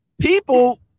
People